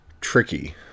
tricky